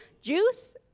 juice